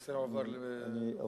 הנושא הועבר לוועדה.